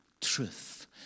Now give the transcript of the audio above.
Truth